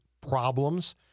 problems